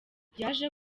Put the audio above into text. yaje